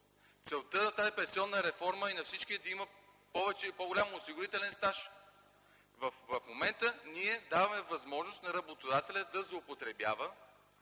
Целта на тази пенсионна реформа и на всички е да има повече и по-голям осигурителен стаж. В момента ние даваме възможност на работодателя да злоупотребява,